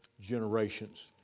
generations